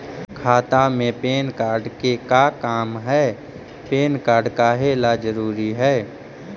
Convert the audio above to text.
खाता में PAN card के का काम है पैन कार्ड काहे ला जरूरी है?